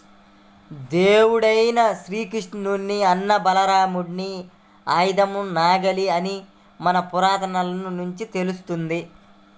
దేవుడైన శ్రీకృష్ణుని అన్న బలరాముడి ఆయుధం నాగలి అని మన పురాణాల నుంచి తెలుస్తంది